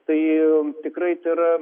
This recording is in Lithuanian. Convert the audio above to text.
tai tikrai tai yra